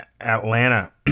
Atlanta